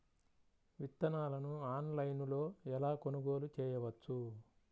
విత్తనాలను ఆన్లైనులో ఎలా కొనుగోలు చేయవచ్చు?